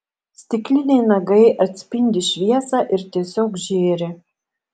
stikliniai nagai atspindi šviesą ir tiesiog žėri